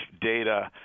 data